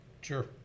sure